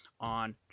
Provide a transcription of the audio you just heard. on